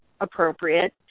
appropriate